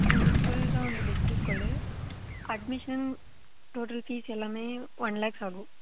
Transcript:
இவங்க ஸ்கூல்தான் வந்து best school admission total fees எல்லாமே ஒன் லாக்ஸ் ஆகும்